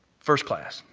first class,